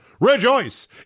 Rejoice